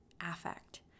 affect